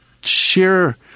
share